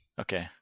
Okay